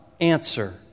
answer